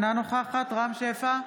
אינה נוכחת רם שפע,